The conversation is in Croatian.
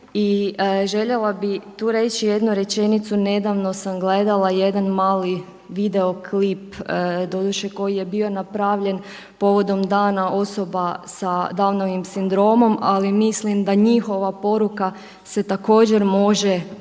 I željela bih tu reći jednu rečenicu, nedavno sam gledala jedan mali video klip, doduše koji je bio napravljen povodom Dana osoba sa Downovim sindromom ali mislim da njihova poruka se također može prenijeti